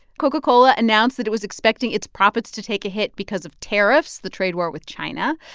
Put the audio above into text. coca-cola announced that it was expecting its profits to take a hit because of tariffs, the trade war with china.